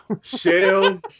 Shell